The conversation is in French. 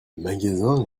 magasin